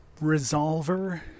Resolver